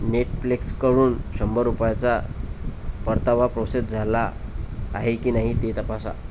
नेटफ्लिक्सकडून शंभर रुपयाचा परतावा प्रोसेस झाला आहे की नाही ते तपासा